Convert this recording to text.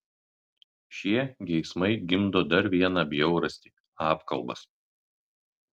šie geismai gimdo dar vieną bjaurastį apkalbas